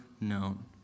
known